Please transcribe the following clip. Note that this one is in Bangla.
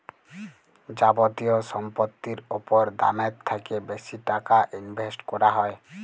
যাবতীয় সম্পত্তির উপর দামের থ্যাকে বেশি টাকা ইনভেস্ট ক্যরা হ্যয়